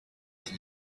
iki